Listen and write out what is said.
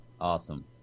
Awesome